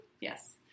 Yes